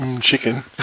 chicken